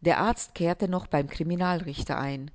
der arzt kehrte noch beim criminalrichter ein